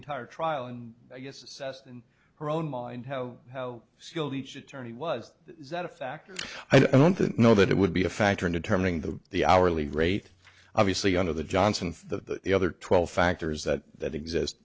entire trial and i guess assessed in her own mind how how skilled each attorney was that a factor i don't think know that it would be a factor in determining the the hourly rate obviously under the johnson and the the other twelve factors that that exist